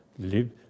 live